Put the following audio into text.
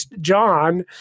John